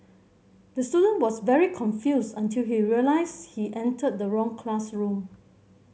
the student was very confused until he realised he entered the wrong classroom